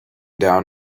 down